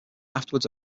afterwards